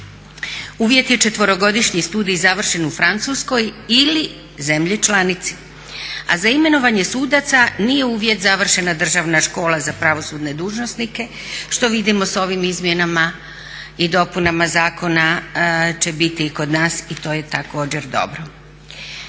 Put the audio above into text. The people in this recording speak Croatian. Uvjet je 4.-godišnji studij završen u Francuskoj ili zemlji članici. A za imenovanje sudaca nije uvjet završena državna škola za pravosudne dužnosnike što vidimo sa ovim izmjenama i dopunama zakona će biti i kod nas i to je također dobro.